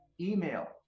email